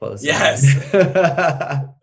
Yes